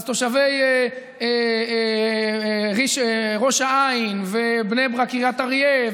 אז תושבי ראש העין ובני ברק-קריית אריה,